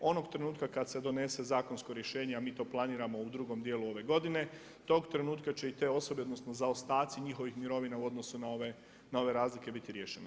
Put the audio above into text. Onog trenutka kada se donese zakonsko rješenje a mi to planiramo u drugom dijelu ove godine, tog trenutka će se i te osobe, odnosno zaostatci njihovih mirovina u odnosu na ove razlike biti riješene.